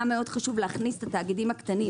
היה חשוב להכניס את התאגידים הקטנים